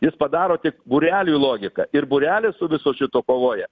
jis padaro tik būreliui logiką ir būrelis su visu šitu kovoja